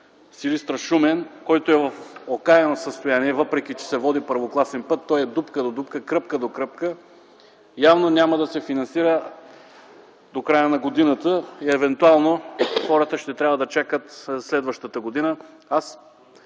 Силистра-Шумен, който е в окаяно състояние, въпреки че се води първокласен път, той е дупка до дупка, кръпка до кръпка, явно няма да се финансира до края на годината. Евентуално хората ще трябва да чакат до следващата година.